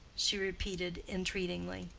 she repeated entreatingly.